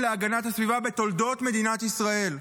להגנת הסביבה בתולדות מדינת ישראל.